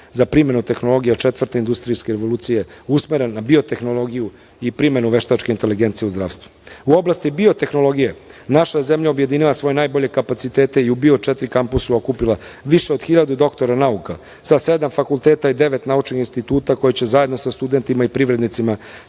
za primenu tehnologije Četvrte industrijske revolucije usmeren na biotehnologiju i primenu veštačke inteligencije u zdravstvu.U oblasti biotehnologije, naša zemlja je objedinila svoje najbolje kapacitete i u BIO4 kampusu okupila više od 1000 doktora nauka sa sedam fakulteta i devet naučnih instituta, koji će zajedno sa studentima i privrednicima